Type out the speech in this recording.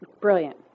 Brilliant